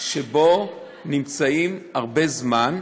שבו נמצאים הרבה זמן,